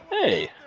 Hey